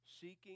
seeking